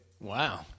Wow